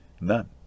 None